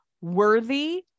worthy